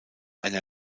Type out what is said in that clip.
einer